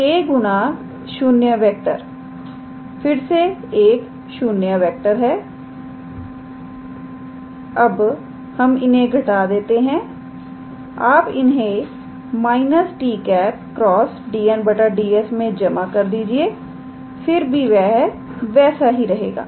तो k गुना 0 फिर से एक 0 है अब हम इन्हे घटा देते हैं आप इन्हें −𝑡̂× 𝑑𝑛̂ 𝑑𝑠 में जमा कर दीजिए फिर भी यह वैसा ही रहेगा